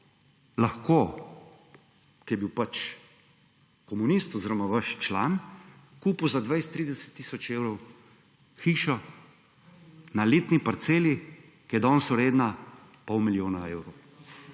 lahko, ki je bil pač komunist oziroma vaš član, kupil za 20, 30 tisoč evrov hišo na lepi parceli, ki je danes vredna pol milijona evrov.